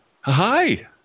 Hi